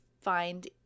find